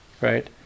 right